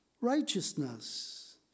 Righteousness